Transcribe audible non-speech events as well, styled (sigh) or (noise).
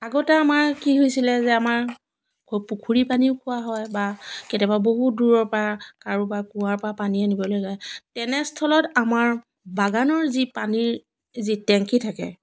আগতে আমাৰ কি হৈছিলে যে আমাৰ (unintelligible) পুখুৰী পানীও পোৱা হয় বা কেতিয়াবা বহুত দূৰৰ পৰা কাৰোবাৰ কুঁৱাৰ পৰা পানী আনিবলৈ লয় তেনেস্থলত আমাৰ বাগানৰ যি পানীৰ যি টেংকি থাকে